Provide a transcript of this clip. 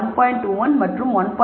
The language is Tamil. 21 மற்றும் 1